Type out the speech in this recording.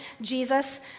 Jesus